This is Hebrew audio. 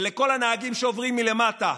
ולכל הנהגים שעוברים מלמטה: